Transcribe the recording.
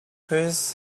chris